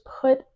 put